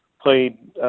played